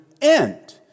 end